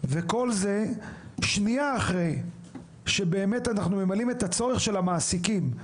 וכל זאת שנייה אחרי שבאמת אנחנו ממלאים את הצורך של המעסיקים,